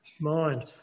mind